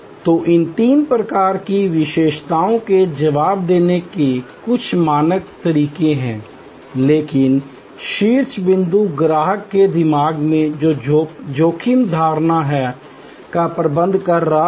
तो इन तीन प्रकार की विशेषताओं के जवाब देने के कुछ मानक तरीके हैं लेकिन शीर्ष बिंदु ग्राहक के दिमाग में जोखिम धारणा का प्रबंधन कर रहा है